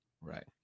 right